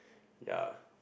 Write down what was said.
ya